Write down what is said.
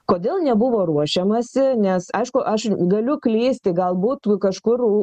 kodėl nebuvo ruošiamasi nes aišku aš galiu klysti galbūt kažkur